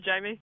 Jamie